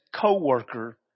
co-worker